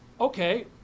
Okay